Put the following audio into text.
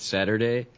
Saturday